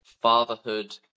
fatherhood